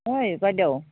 ओइ बायदेव